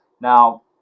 now